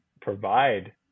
provide